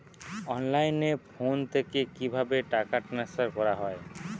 অনলাইনে ফোন থেকে কিভাবে টাকা ট্রান্সফার করা হয়?